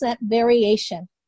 variation